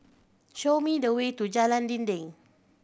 show me the way to Jalan Dinding